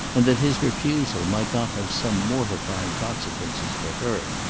and that his refusal might not have some mortifying consequences for her.